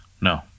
No